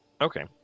Okay